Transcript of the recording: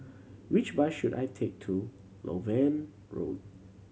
which bus should I take to Loewen Road